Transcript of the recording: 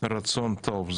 רצון טוב.